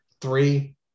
Three